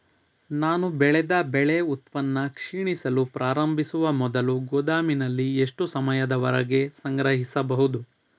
ನಾನು ಬೆಳೆದ ಬೆಳೆ ಉತ್ಪನ್ನ ಕ್ಷೀಣಿಸಲು ಪ್ರಾರಂಭಿಸುವ ಮೊದಲು ಗೋದಾಮಿನಲ್ಲಿ ಎಷ್ಟು ಸಮಯದವರೆಗೆ ಸಂಗ್ರಹಿಸಬಹುದು?